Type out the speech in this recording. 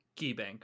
KeyBank